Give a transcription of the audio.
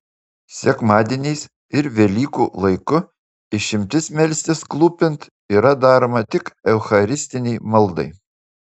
sekmadieniais ir velykų laiku išimtis melstis klūpint yra daroma tik eucharistinei maldai